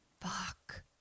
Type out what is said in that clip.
Fuck